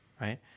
right